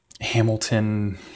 Hamilton